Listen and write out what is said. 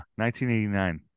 1989